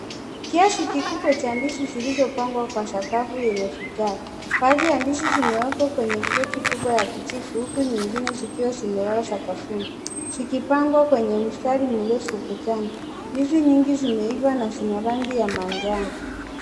Kiasi kikubwa cha ndizi zilizopangwa kwa sakafu ya vigaya baadhi ya ndizi zimeekwa kreti kubwa ya kijivu huku zikiwa zimelala sakafuni zikipangwa kwenye mstari mrefu ukutani. Ndizi nyingi zimeiva na zina rangi ya manjano.